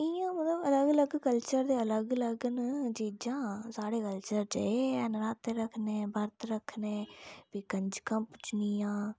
इयां मतलब अलग अलग कल्चर ते अलग अलग न चीज़ां साढ़े कल्चर च एह् ऐ नराते रक्खने बरत रक्खने फ्ही कंजका पूजनियां